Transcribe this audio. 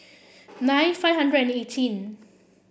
nine five hundred and eighteen